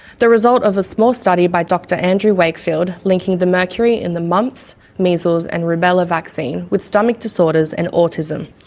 the result of a small study by dr andrew wakefield linking the mercury in the mumps, measles and rubella vaccine with stomach disorders and autism.